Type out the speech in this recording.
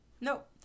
Nope